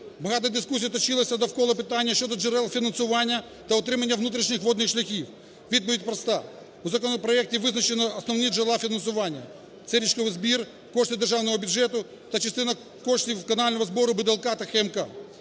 Багато дискусій точилося навколо питання щодо джерел фінансування та утримання внутрішніх водних шляхів. Відповідь проста: у законопроекті визначено основні джерела фінансування – це річковий збір, кошти Державного бюджету та частина коштів канального збору БДЛК та ХМК.